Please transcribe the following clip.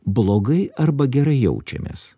blogai arba gerai jaučiamės